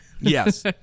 Yes